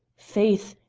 faith!